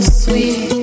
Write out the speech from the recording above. sweet